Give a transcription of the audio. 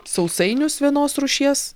sausainius vienos rūšies